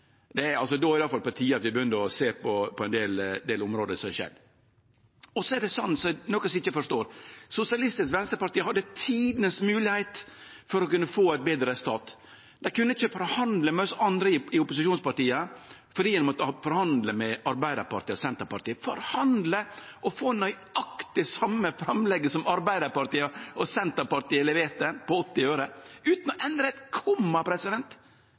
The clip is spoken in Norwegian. noko eg ikkje forstår: Sosialistisk Venstreparti hadde tidenes moglegheit til å kunne få eit betre resultat. Dei kunne ikkje forhandle med oss andre i opposisjonspartia fordi dei måtte forhandle med Arbeidarpartiet og Senterpartiet – forhandle og få nøyaktig det same framlegget om 80 øre som Arbeidarpartiet og Senterpartiet leverte, utan å endre eit komma.